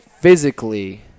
physically